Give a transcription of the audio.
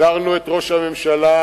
הזהרנו את ראש הממשלה,